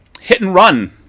hit-and-run